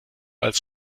als